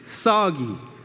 soggy